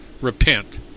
repent